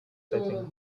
setting